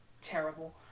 terrible